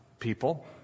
People